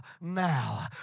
now